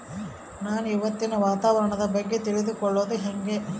ನಾನು ಇವತ್ತಿನ ವಾತಾವರಣದ ಬಗ್ಗೆ ತಿಳಿದುಕೊಳ್ಳೋದು ಹೆಂಗೆ?